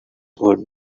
would